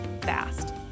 fast